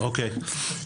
בשפיים.